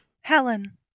Helen